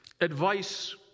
Advice